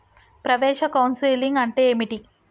ప్రవేశ కౌన్సెలింగ్ అంటే ఏమిటి?